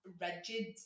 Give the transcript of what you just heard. rigid